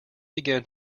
began